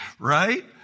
right